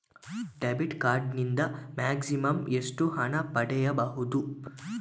Debit card ನಿಂದ maximum ಎಷ್ಟು ಹಣ ಪಡೆಯಬಹುದು?